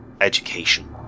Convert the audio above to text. education